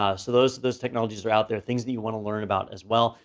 ah so those those technologies are out there, things that you want to learn about as well.